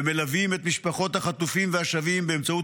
ומלווים את משפחות החטופים והשבים באמצעות